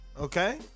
Okay